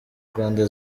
rwanda